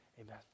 amen